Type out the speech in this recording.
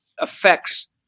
affects